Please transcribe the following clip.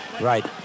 Right